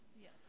Yes